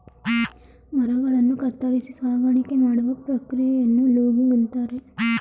ಮರಗಳನ್ನು ಕತ್ತರಿಸಿ ಸಾಗಾಣಿಕೆ ಮಾಡುವ ಪ್ರಕ್ರಿಯೆಯನ್ನು ಲೂಗಿಂಗ್ ಅಂತರೆ